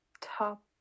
Top